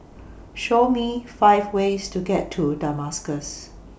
Show Me five ways to get to Damascus